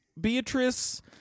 Beatrice